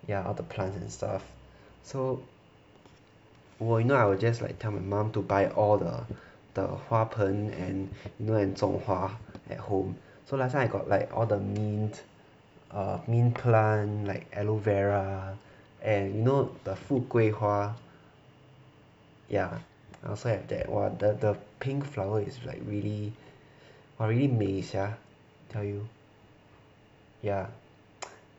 ya all the plants and stuff so you know I will just like tell my mum to buy all the the 花盆 and you know and 种花 at home so last time I got like all the mint err mint plant like aloe vera and you know the 富贵花 ya I also have that one the the pink flower is like really !wah! really 美 sia tell you ya